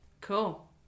Cool